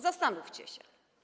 Zastanówcie się.